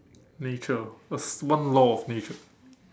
nature what's one law of nature